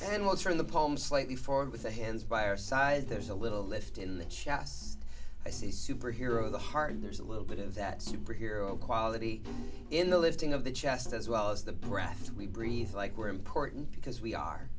watch from the palm slightly forward with the hands by our side there's a little lift in the chest i says superhero the heart and there's a little bit of that superhero quality in the lifting of the chest as well as the breath we breathe like we're important because we are